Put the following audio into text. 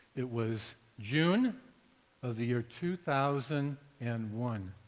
it was june of the year two thousand and one.